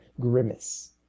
grimace